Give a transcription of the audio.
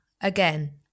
again